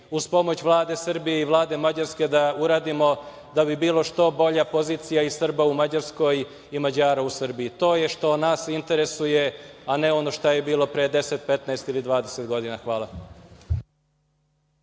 uz pomoć Vlade Srbije i Vlade Mađarske da uradimo da bi bila što bolja pozicija i Srba u Mađarskoj i Mađara u Srbiji i to je što nas interesuje, a ne ono šta je bilo pre 10, 15 ili 20 godina. Hvala.